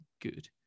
good